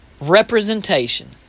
representation